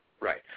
Right